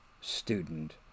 student